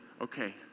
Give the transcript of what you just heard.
okay